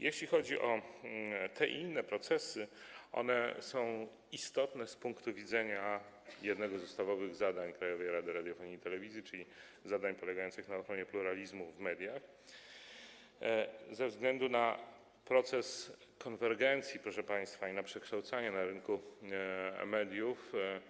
Jeśli chodzi o te i inne procesy, one są istotne z punktu widzenia jednego z ustawowych obowiązków Krajowej Rady Radiofonii i Telewizji, czyli zadań polegających na ochronie pluralizmu w mediach, ze względu na proces konwergencji, proszę państwa, i na przekształcanie rynku mediów.